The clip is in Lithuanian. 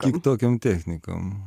kitokiom technikom